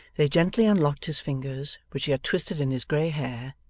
they gently unlocked his fingers, which he had twisted in his grey hair,